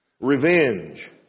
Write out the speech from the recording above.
revenge